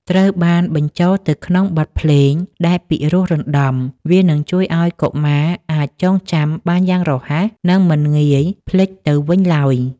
ត្រូវបានបញ្ចូលទៅក្នុងបទភ្លេងដែលពិរោះរណ្តំ វានឹងជួយឱ្យកុមារអាចចងចាំបានយ៉ាងរហ័ស និងមិនងាយភ្លេចទៅវិញឡើយ។